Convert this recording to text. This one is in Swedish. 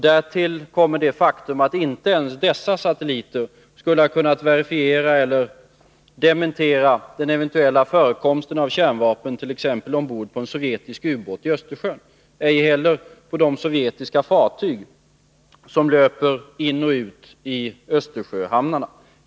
Därtill kommer det faktum att inte ens dessa satelliter skulle ha kunnat verifiera eller dementera en eventuell förekomst av kärnvapen, t.ex. ombord på en sovjetisk ubåt i Östersjön och inte heller på sovjetiska fartyg som löper in och ut i Östersjöhamnarna.